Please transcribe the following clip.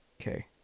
Okay